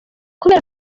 kubera